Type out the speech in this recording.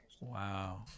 Wow